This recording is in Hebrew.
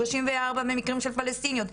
34 במקרים של פלשתינאיות.